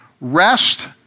rest